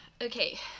Okay